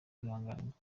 kwihanganirwa